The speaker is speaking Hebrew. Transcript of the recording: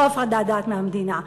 לא הפרדת דת מהמדינה,